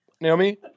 Naomi